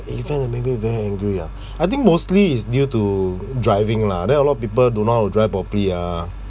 event that made me very angry ah I think mostly is due to driving lah there are a lot of people don't know how to drive properly ah